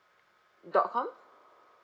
dot com